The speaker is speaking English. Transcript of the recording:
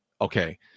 okay